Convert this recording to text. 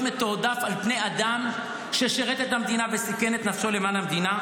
מתועדף על פני אדם ששירת את המדינה וסיכן את נפשו למען המדינה?